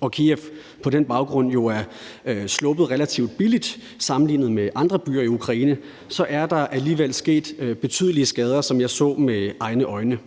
og Kyiv er sluppet relativt billigt sammenlignet med andre byer i Ukraine, er der alligevel sket betydelige skader, som jeg så med egne øjne.